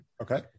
Okay